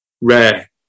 rare